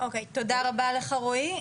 תודה רבה לך, רועי.